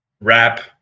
rap